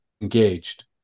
Engaged